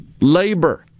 Labor